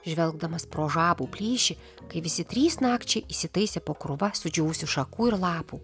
žvelgdamas pro žabų plyšį kai visi trys nakčiai įsitaisė po krūva sudžiūvusių šakų ir lapų